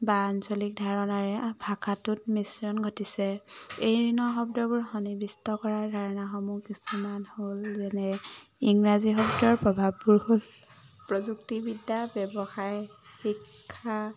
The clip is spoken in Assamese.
বা আঞ্চলিক ধাৰণাৰে ভাষাটোত মিশ্ৰণ ঘটিছে এই ঋণৰ শব্দবোৰ সন্নিৱিষ্ট কৰাৰ ধাৰণাসমূহ কিছুমান হ'ল যেনে ইংৰাজী শব্দৰ প্ৰভাৱবোৰ হ'ল প্ৰযুক্তিবিদ্যা ব্যৱসায় শিক্ষা